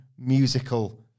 musical